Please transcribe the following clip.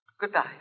Goodbye